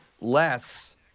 less